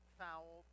foul